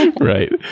Right